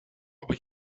aber